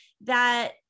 that-